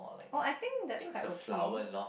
oh I think that's quite okay